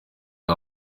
ari